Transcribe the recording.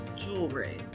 Jewelry